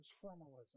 formalism